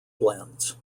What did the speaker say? blends